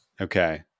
Okay